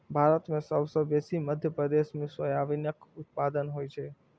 भारत मे सबसँ बेसी मध्य प्रदेश मे सोयाबीनक उत्पादन होइ छै